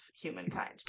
humankind